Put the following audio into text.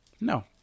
no